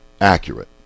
accurate